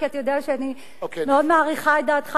כי אתה יודע שאני מאוד מעריכה את דעתך